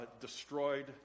destroyed